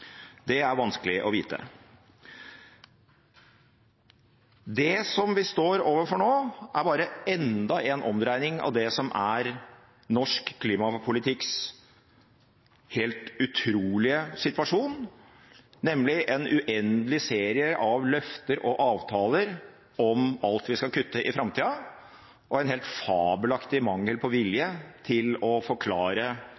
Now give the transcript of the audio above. Det er vanskelig å vite. Det vi står overfor nå, er bare enda en omdreining av det som er norsk klimapolitikks helt utrolige situasjon, nemlig en uendelig serie av løfter og avtaler om alt vi skal kutte i framtida, og en helt fabelaktig mangel på